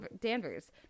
Danvers